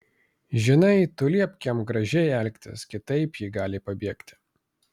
žinai tu liepk jam gražiai elgtis kitaip ji gali pabėgti